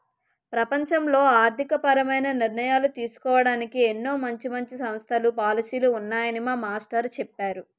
ప్రపంచంలో ఆర్థికపరమైన నిర్ణయాలు తీసుకోడానికి ఎన్నో మంచి మంచి సంస్థలు, పాలసీలు ఉన్నాయని మా మాస్టారు చెప్పేరు